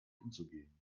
umzugehen